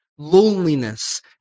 loneliness